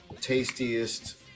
Tastiest